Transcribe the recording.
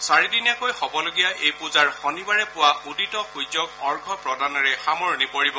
চাৰিদিনীয়াকৈ হ'বলগীয়া এই পূজাৰ শনিবাৰে পূৱা উদিত সূৰ্যক অৰ্ঘ্য প্ৰদানেৰে সামৰণি পৰিব